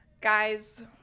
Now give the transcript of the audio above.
Guys